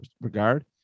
regard